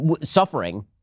suffering